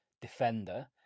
defender